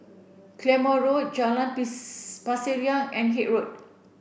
Claymore Road Jalan Pasir Ria and Haig Road